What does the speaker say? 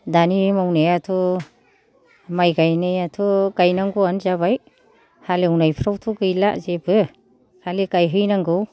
दानि मावनायाथ' माय गायनायाथ' गायनांगौ आनो जाबाय हालेवनायफ्रावथ' गैला जेबो खालि गायहैनांगौ